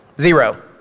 Zero